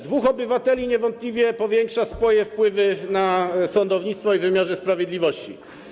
Dwóch obywateli niewątpliwie powiększa swój wpływ na sądownictwo i wpływy w wymiarze sprawiedliwości.